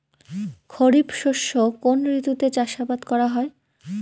খরিফ শস্য কোন ঋতুতে চাষাবাদ করা হয়?